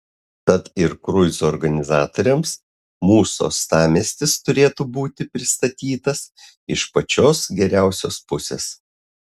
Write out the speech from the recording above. tad ir kruizų organizatoriams mūsų uostamiestis turėtų būti pristatytas iš pačios geriausios pusės